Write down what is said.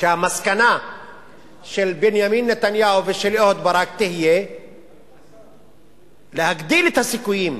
שהמסקנה של בנימין נתניהו ושל אהוד ברק תהיה להגדיל את הסיכויים,